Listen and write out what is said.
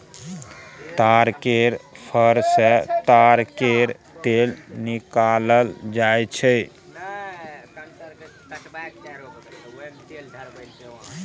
ताड़ केर फर सँ ताड़ केर तेल निकालल जाई छै